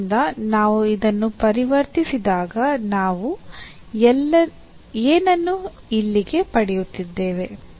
ಆದ್ದರಿಂದ ನಾವು ಇದನ್ನು ಪರಿವರ್ತಿಸಿದಾಗ ನಾವು ಏನನ್ನು ಇಲ್ಲಿಗೆ ಪಡೆಯುತ್ತಿದ್ದೇವೆ